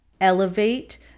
elevate